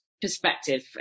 perspective